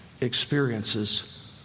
experiences